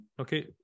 Okay